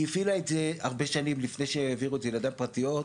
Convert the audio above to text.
היא הפעילה את זה הרבה שנים לפני שהעבירו את זה לידיים פרטיות.